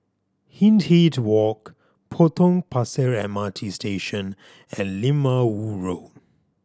Hindhede Walk Potong Pasir M R T Station and Lim Ah Woo Road